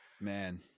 Man